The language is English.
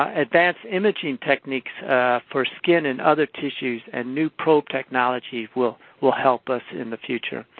advance imaging techniques for skin and other tissues and new probe technologies will will help us in the future.